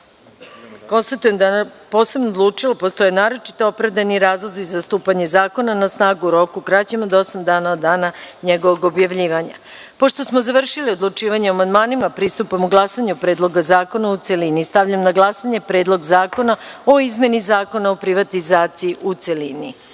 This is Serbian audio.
skupština posebno odlučila da postoje naročito opravdani razlozi za stupanje zakona na snagu u roku kraćem od osam dana od dana njegovog objavljivanja. Pošto smo završili odlučivanje o amandmanima, pristupamo glasanju o Predlogu zakona u celini. Stavljam na glasanje Predlog zakona o izmeni Zakona o privatizaciji, u celini. Molim